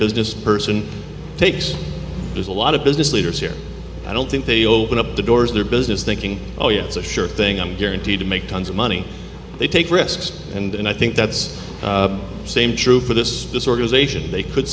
business person takes there's a lot of business leaders here i don't think they open up the doors their business thinking oh yeah it's a sure thing i'm guaranteed to make tons of money they take risks and i think that's the same true for this disorganization they could